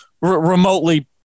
remotely